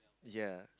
yea